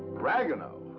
ragueneau!